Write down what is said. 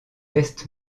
test